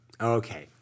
Okay